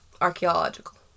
Archaeological